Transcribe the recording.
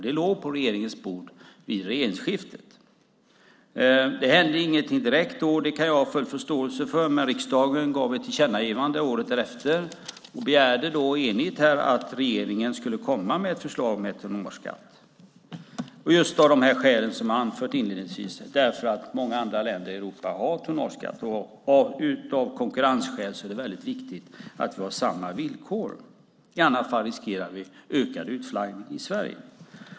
Det låg på regeringens bord vid regeringsskiftet. Det hände ingenting direkt. Det kan jag ha full förståelse för, men riksdagen gav ett tillkännagivande året därefter och begärde enigt att regeringen skulle komma med ett förslag till tonnageskatt just av de skäl som jag har anfört inledningsvis, att många andra länder i Europa har tonnageskatt och att det av konkurrensskäl är väldigt viktigt att ha samma villkor. I annat fal riskerar vi ökad utflaggning från Sverige.